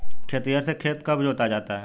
खेतिहर से खेत कब जोता जाता है?